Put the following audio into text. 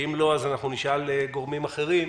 ואם לא נשאל גורמים אחרים,